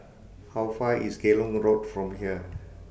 How Far away IS Geylang Road from here